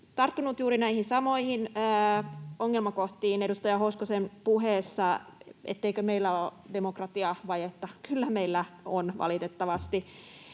tarttunut juuri näihin samoihin ongelmakohtiin edustaja Hoskosen puheessa, etteikö meillä ole demokratiavajetta. Kyllä meillä on, valitettavasti.